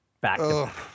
back